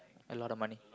a lot of money